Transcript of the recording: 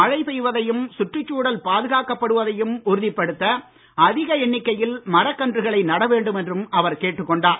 மழை பெய்வதையும் சுற்றுச்சூழல் பாதுகாக்கப் படுவதையும் உறுதிப்படுத்த அதிக எண்ணிக்கையில் மரக் கன்றுகளை நடவேண்டும் என்றும் அவர் கேட்டுக்கொண்டார்